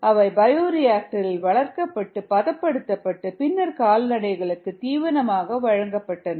அவை பயோரியாக்டர்களில் வளர்க்கப்பட்டு பதப்படுத்தப்பட்டு பின்னர் கால்நடைகளுக்கு தீவனமாக வழங்கப்படுகின்றன